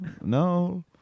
no